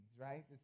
right